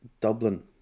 Dublin